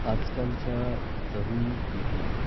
आजकालच्या तरुण पिढीत